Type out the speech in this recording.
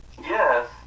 Yes